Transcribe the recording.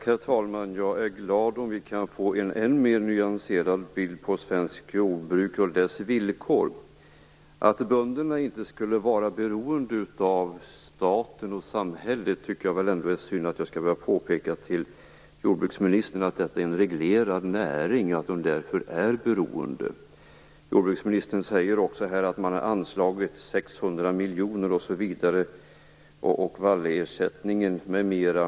Herr talman! Jag är glad om vi kan få en än mer nyanserad bild av svenskt jordbruk och dess villkor. Beträffande att bönderna inte skulle vara beroende av staten och samhället tycker jag att det är synd att jag skall behöva påpeka för jordbruksministern att detta är en reglerad näring och att bönderna därför är beroende. Jordbruksministern säger också att man har anslagit 600 miljoner kronor, vallersättning m.m.